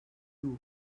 dur